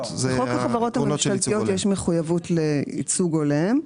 בחוק החברות הממשלתיות יש מחויבות לייצוג הולם.